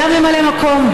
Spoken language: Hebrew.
היה ממלא מקום,